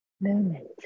Moment